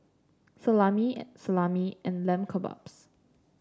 Salami Salami and Lamb Kebabs